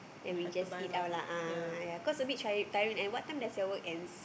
and we just eat out lah ah yea cause a bit try tiring and what time does you work ends